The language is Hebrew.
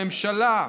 הממשלה,